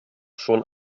schon